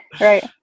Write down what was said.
right